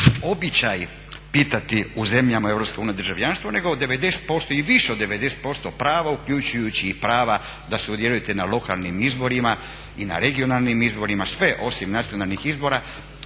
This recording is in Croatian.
običaj pitati u zemljama EU državljanstvo nego 90% i više od 90% prava uključujući i prava da sudjelujete na lokalnim i regionalnim izborima, sve osim nacionalnih izbora